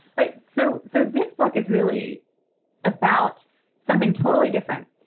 but so so this book is really about something totally different,